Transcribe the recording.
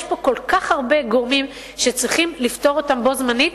יש פה כל כך הרבה גורמים שצריכים לפתור אותם בו-זמנית